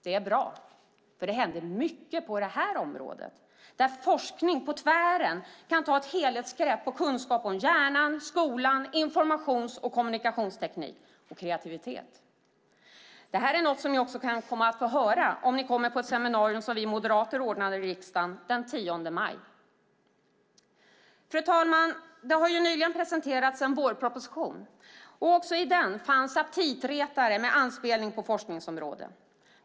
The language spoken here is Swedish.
Det är bra, för det händer mycket på det här området. Forskning på tvären kan ta ett helhetsgrepp på kunskap om hjärnan, skolan, informations och kommunikationsteknik och kreativitet. Det här är något som ni också kan komma att få höra om ni kommer på ett seminarium som vi moderater ordnar i riksdagen den 10 maj. Fru talman! Det har nyligen presenterats en vårproposition. Också i den fanns aptitretare med anspelning på forskningsområdet.